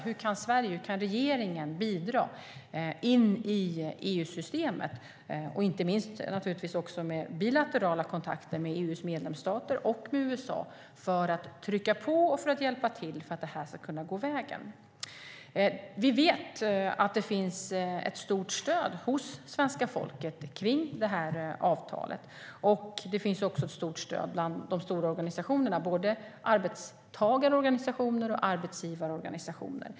Hur kan Sverige och regeringen bidra in i EU-systemet och inte minst med bilaterala kontakter med EU:s medlemsstater och med USA för att trycka på och hjälpa till för att detta ska gå vägen? Vi vet att det finns ett stort stöd hos svenska folket kring det här avtalet. Det finns också ett stort stöd bland de stora organisationerna, både arbetstagarorganisationer och arbetsgivarorganisationer.